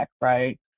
right